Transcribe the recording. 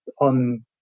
on